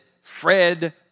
Fred